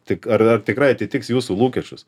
tik ar ar tikrai atitiks jūsų lūkesčius